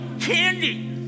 candy